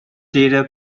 data